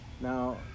Now